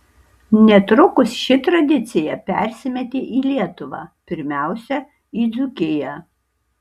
netrukus ši tradicija persimetė į lietuvą pirmiausia į dzūkiją